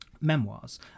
memoirs